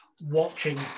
watching